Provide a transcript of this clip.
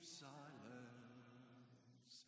silence